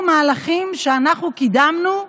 אילו מהלכים שאנחנו קידמנו,